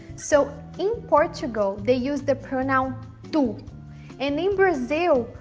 so portugal, they use the pronoun tu and in brazil,